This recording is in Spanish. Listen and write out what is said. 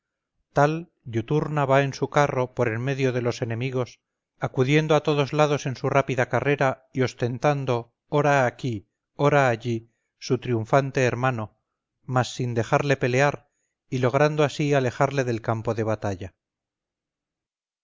tal iuturna va en su carro por en medio de los enemigos acudiendo a todos lados en su rápida carrera y ostentando ora aquí ora allí su triunfante hermano mas sin dejarle pelear y logrando así alejarle del campo de batalla